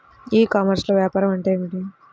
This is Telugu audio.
ఈ కామర్స్లో వ్యాపారం అంటే ఏమిటి?